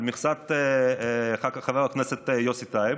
על מכסת חבר הכנסת יוסי טייב,